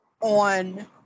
on